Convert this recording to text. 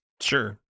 Sure